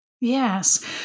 Yes